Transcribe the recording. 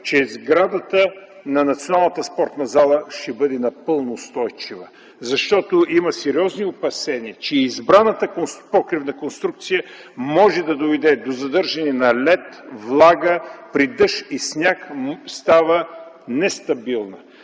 че сградата на Националната спортна зала ще бъде напълно устойчива, защото има сериозни опасения, че избраната покривна конструкция може да доведе до задържане на лед, влага и при дъжд и сняг става нестабилна.